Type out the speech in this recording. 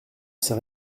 sais